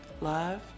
Love